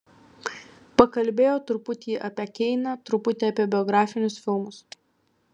pakalbėjo truputį apie keiną truputį apie biografinius filmus